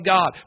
God